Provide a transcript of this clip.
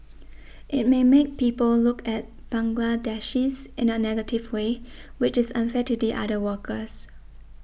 it may make people look at Bangladeshis in a negative way which is unfair to the other workers